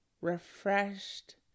refreshed